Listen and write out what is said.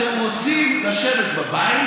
אתם רוצים לשבת בבית,